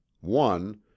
one